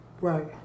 Right